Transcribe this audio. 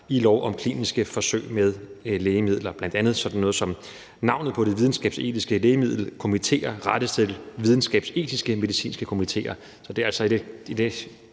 i lov om kliniske forsøg med lægemidler, bl.a. sådan noget, som at navnet på videnskabsetiske lægemiddelkomitéer rettes til videnskabsetiske medicinske komitéer. Så det er altså i den